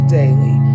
daily